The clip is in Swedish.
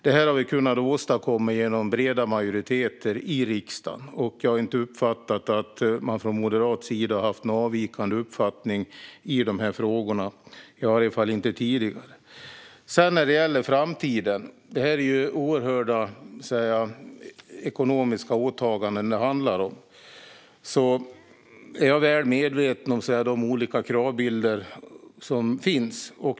Detta har vi kunnat åstadkomma genom breda majoriteter i riksdagen. Jag har inte uppfattat att man från moderat sida har haft någon avvikande uppfattning i dessa frågor, i alla fall inte tidigare. Det handlar om oerhörda ekonomiska åtaganden. När det gäller framtiden är jag väl medveten om de olika kravbilder som finns.